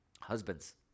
Husbands